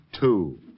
Two